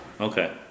Okay